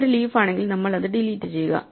ഇത് ഒരു ലീഫ് ആണെങ്കിൽ നമ്മൾ അത് ഡിലീറ്റ് ചെയ്യുക